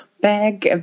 back